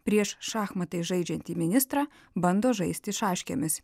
prieš šachmatais žaidžiantį ministrą bando žaisti šaškėmis